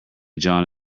john